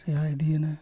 ᱥᱮᱭᱟ ᱤᱫᱤᱭᱮᱱᱟ